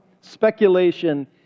speculation